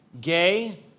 gay